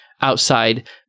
outside